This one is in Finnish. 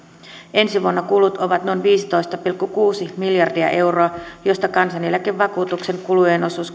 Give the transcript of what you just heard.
ensi vuonna kulut ovat noin viisitoista pilkku kuusi miljardia euroa mistä kansaneläkevakuutuksen kulujen osuus